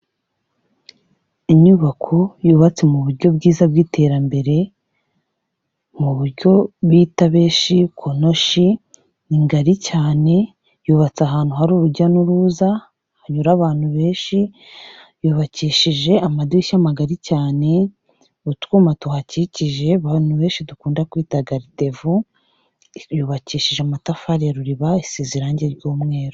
Inyubako yubatse mu buryo bwiza bw'iterambere, mu buryo bita abeshi konoshi, ni ngari cyane, yubatse ahantu hari urujya n'uruza, hanyura abantu benshi, yubakishije amadirishya magari cyane, utwuma tuhakikije abantu benshi dukunda kwita garidevu, yubakishije amatafari ya Ruriba, isize irange ry'umweru.